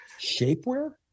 Shapewear